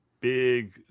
big